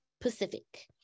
Pacific